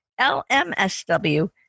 LMSW